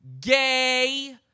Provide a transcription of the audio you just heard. Gay